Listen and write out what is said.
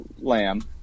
lamb